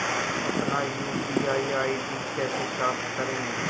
अपना UPI ID कैसे प्राप्त करें?